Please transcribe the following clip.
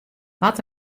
wat